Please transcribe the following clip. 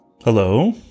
Hello